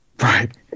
right